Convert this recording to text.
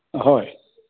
হয়